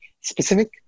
specific